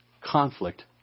conflict